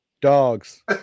Dogs